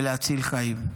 ולהציל חיים.